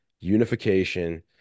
unification